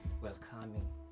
welcoming